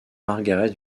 margaret